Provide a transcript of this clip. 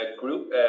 group